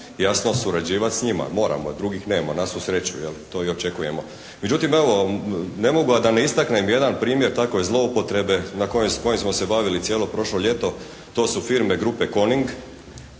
jasno surađivati s njima, moramo jer drugih nema na svu sreću, jel, to i očekujemo. Međutim, evo ne mogu a da ne istaknem jedan primjer takve zloupotrebe na kojem smo se bavili cijelo prošlo ljeto. To su firme grupe Coning